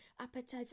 appetites